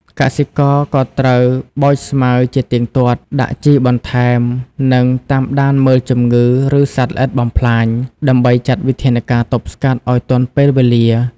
កសិករក៏ត្រូវបោចស្មៅជាទៀងទាត់ ដាក់ជីបន្ថែម និងតាមដានមើលជំងឺឬសត្វល្អិតបំផ្លាញ ដើម្បីចាត់វិធានការទប់ស្កាត់ឱ្យទាន់ពេលវេលា។